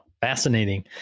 Fascinating